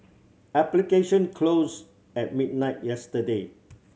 application closed at midnight yesterday